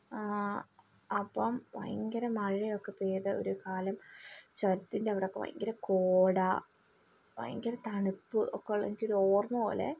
ആ അപ്പം ഭയങ്കര മഴയായൊക്കെ പെയ്തൊരു കാലം ചുരത്തിൻ്റെ അവിടെയൊക്കെ ഭയങ്കര കോട ഭയങ്കര തണുപ്പ് ഒക്കെയുളള എനിക്കൊരു ഓർമ പോലെ